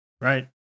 Right